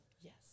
Yes